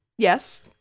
Yes